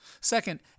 Second